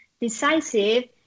decisive